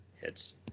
hits